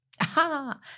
Aha